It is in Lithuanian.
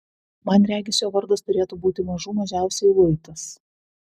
man regis jo vardas turėtų būti mažų mažiausiai luitas